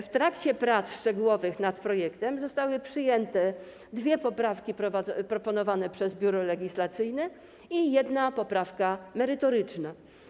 W trakcie prac szczegółowych nad projektem zostały przyjęte dwie poprawki proponowane przez Biuro Legislacyjne i jedna poprawka merytoryczna.